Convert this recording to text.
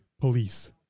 police